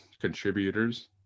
contributors